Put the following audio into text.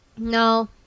No